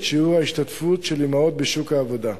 שיעור ההשתתפות של אמהות בשוק העבודה.